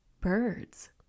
birds